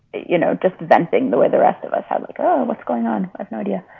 you know, just venting the way the rest of us ah like go. and what's going on? i've no idea.